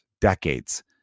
decades